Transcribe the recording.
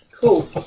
Cool